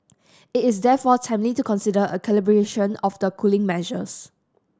it is therefore timely to consider a calibration of the cooling measures